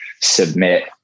submit